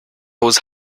was